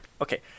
okay